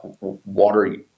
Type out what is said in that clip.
water